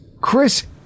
Chris